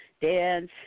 dance